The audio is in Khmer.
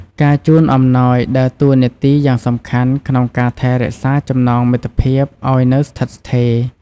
ការជូនអំណោយដើរតួនាទីយ៉ាងសំខាន់ក្នុងការថែរក្សាចំណងមិត្តភាពឲ្យនៅស្ថិតស្ថេរ។